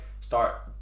start